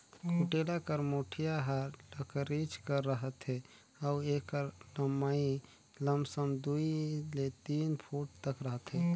कुटेला कर मुठिया हर लकरिच कर रहथे अउ एकर लम्मई लमसम दुई ले तीन फुट तक रहथे